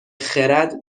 خرد